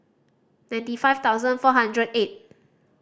ninety five thousand four hundred eight